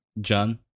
John